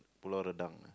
Pulau Redang